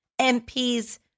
MPs